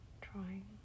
trying